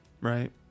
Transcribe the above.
right